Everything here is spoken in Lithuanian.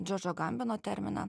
džordžo gambino terminą